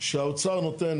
שהאוצר נותן,